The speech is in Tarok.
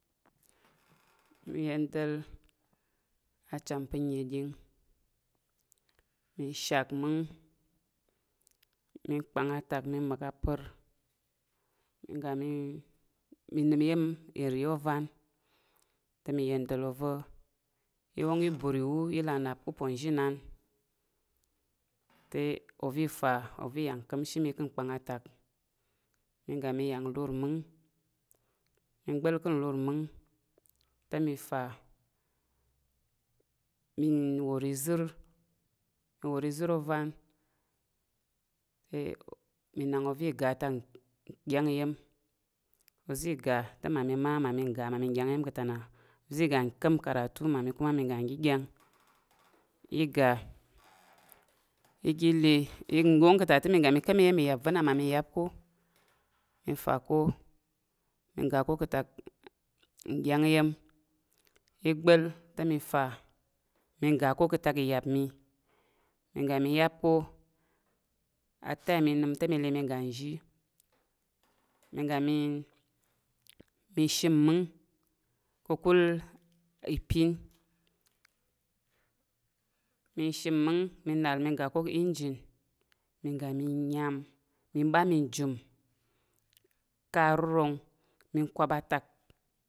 nyəndəl a cham pa̱ nəɗing mi shak mmung, mi kpang atak mi mi ga mi nəm iya̱m nri. Ovan te mi yendəl obo i wong íbur iwu, i là nnap ka̱ aponzhi inan te ovo ifs ova iya ka̱mshi mi a̱ kpang atak. mi ga mi ya lur mung mi gba̱l ka̱ lur mmung te mi fa mi wor ìzər mi, mi wor-ìzər ovan te mi nak oza̱ iga te mmamə ma mamə ga mamə ɗyang iya̱m ka̱ tana. Oza̱ iga ka̱m "n karatu" mami ka̱ma mi ga nɗeɗyang. Iga iga le, mi wong ka̱ tana te mi ya mi ka̱m iyiya̱m va̱ na mmami yam ko mi fa ko, mi ga ko ka̱ atak nɗyang iya̱m mi gba̱l te mi fa mi ga ko ka̱ atak iya̱m i. Mi ga mi ya̱m ko a "time" i nəm te mi lə mi ga nzhi mi ga mi shim mmung ka̱kul ipin. Mi shim mmung mi nal mei ga ko ka̱ "yinjin" mi ga mi nyam mi ɓa mi jum ka̱ arurong mi kwap atak